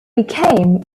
became